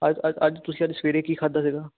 ਅੱਜ ਅੱਜ ਅੱਜ ਤੁਸੀਂ ਅੱਜ ਸਵੇਰੇ ਕੀ ਖਾਧਾ ਸੀਗਾ